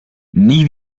nie